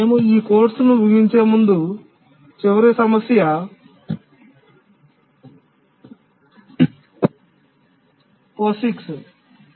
మేము ఈ కోర్సును ముగించే ముందు చివరి సమస్య POSIX